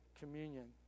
communion